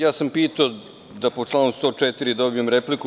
Ja sam pitao da po članu 104. dobijem repliku.